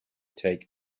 take